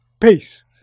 peace